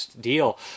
deal